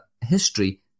history